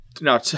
No